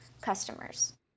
customers